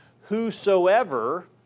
Whosoever